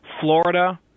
Florida